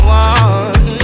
one